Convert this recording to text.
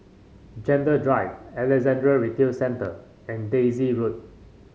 Gentle Drive Alexandra Retail Centre and Daisy Road